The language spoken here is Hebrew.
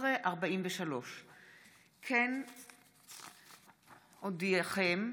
ברשות יושב-ראש הישיבה, הינני מתכבדת להודיעכם,